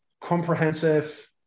comprehensive